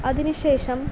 അതിന് ശേഷം